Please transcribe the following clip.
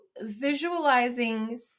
visualizing